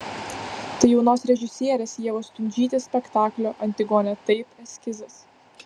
tai jaunos režisierės ievos stundžytės spektaklio antigonė taip eskizas